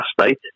state